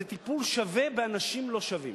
הוא טיפול שווה באנשים לא שווים,